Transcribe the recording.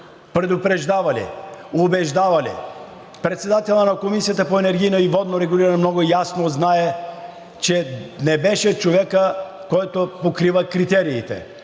предупреждавали, убеждавали, председателят на Комисията по енергийно и водно регулиране много ясно знае, че не беше човекът, който покрива критериите.